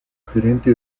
gerente